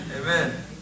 Amen